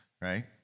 right